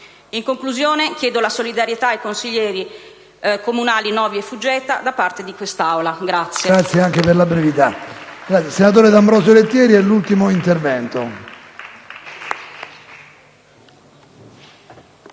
In conclusione, chiedo la solidarietà ai consiglieri comunali Novi e Fuggetta da parte di quest'Aula.